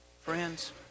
Friends